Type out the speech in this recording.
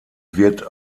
wird